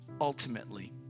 ultimately